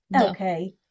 Okay